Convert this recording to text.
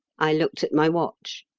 i looked at my watch.